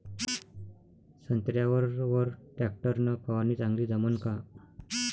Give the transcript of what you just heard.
संत्र्यावर वर टॅक्टर न फवारनी चांगली जमन का?